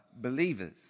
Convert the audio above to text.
believers